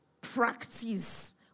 practice